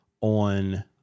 on